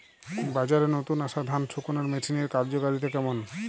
বাজারে নতুন আসা ধান শুকনোর মেশিনের কার্যকারিতা কেমন?